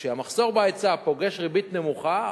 כשהמחסור בהיצע פוגש ריבית נמוכה,